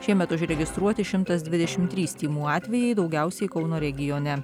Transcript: šiemet užregistruoti šimtas dvidešim trys tymų atvejai daugiausiai kauno regione